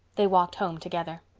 they walked home together.